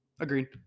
Agreed